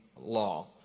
law